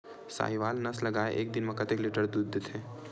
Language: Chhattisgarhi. साहीवल नस्ल गाय एक दिन म कतेक लीटर दूध देथे?